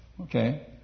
Okay